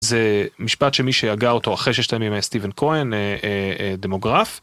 זה משפט שמי שהגה אותו אחרי ששת הימים היה סטיבן כהן אה.. אה.. דמוגרף.